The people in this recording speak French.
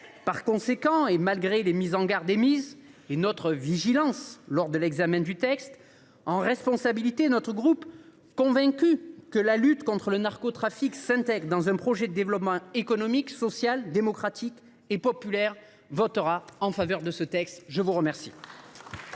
Par conséquent, malgré les mises en garde émises et notre vigilance lors de l’examen du texte, notre groupe, convaincu que la lutte contre le narcotrafic s’intègre dans un projet de développement économique, social, démocratique et populaire, et dans un souci de responsabilité,